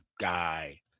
guy